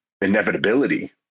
inevitability